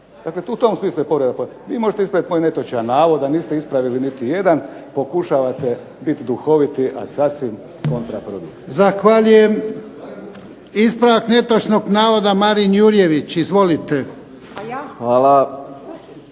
Dakle, u tom smislu je povreda Poslovnika. Vi možete ispraviti moj netočan navod, a niste ispravili niti jedan. Pokušavate biti duhoviti, a sasvim kontraprodukt.